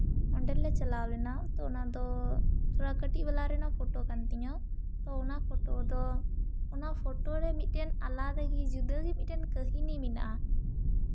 ᱚᱸᱰᱮᱞᱮ ᱪᱟᱞᱟᱣ ᱞᱮᱱᱟ ᱛᱚ ᱚᱱᱟ ᱫᱚ ᱛᱷᱚᱲᱟ ᱠᱟᱹᱴᱤᱡ ᱵᱮᱲᱟ ᱨᱮᱱᱟᱜ ᱯᱷᱳᱴᱳ ᱠᱟᱱ ᱛᱤᱧᱟᱹ ᱛᱚ ᱚᱱᱟ ᱯᱷᱳᱴᱳ ᱫᱚ ᱚᱱᱟ ᱯᱷᱳᱴᱳ ᱨᱮ ᱢᱤᱫ ᱴᱮᱱ ᱟᱞᱟᱫᱟ ᱜᱮ ᱡᱩᱫᱟᱹᱜᱮ ᱢᱤᱫᱴᱮᱱ ᱠᱟᱹᱦᱱᱤ ᱢᱮᱱᱟᱜᱼᱟ